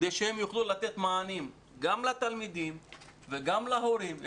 כדי שהם יוכלו לתת מענים גם לתלמידים וגם להורים.